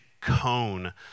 cone